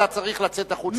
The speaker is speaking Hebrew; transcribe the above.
אתה צריך לצאת החוצה להירגע.